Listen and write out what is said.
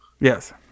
Yes